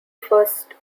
first